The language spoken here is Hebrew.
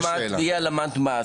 ואי העלמת מס.